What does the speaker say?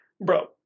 Bro